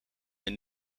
een